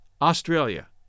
Australia